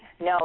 No